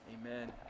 Amen